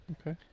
Okay